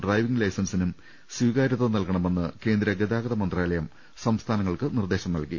driving ലൈസൻസിനും സ്വീകാര്യത നൽകണമെന്ന് കേന്ദ്ര ഗതാ ഗത മന്ത്രാലയം സംസ്ഥാനങ്ങൾക്ക് നിർദ്ദേശം നൽകി